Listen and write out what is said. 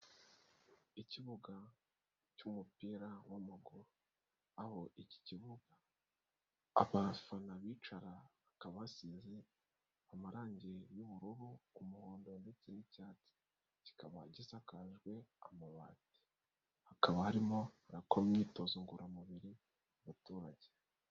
Ikibuga cy'umupira w'amaguru. Aho iki kibuga abafana bicara hakaba hasize amarangi y'ubururu, uhondo ndetse n'icyatsi. Kikaba gisakajwe amabati hakaba harimo abakora imyitozo ngororamubiri y'abaturage.